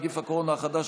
נגיף הקורונה החדש),